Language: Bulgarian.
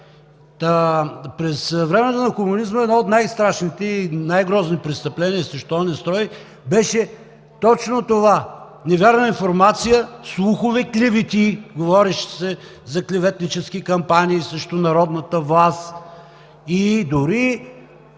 През времето на комунизма едно от най-страшните и най-грозни престъпления срещу оня строй беше точно това – невярна информация, слухове, клевети. Говореше се за клеветнически кампании срещу народната власт и дори